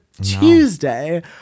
tuesday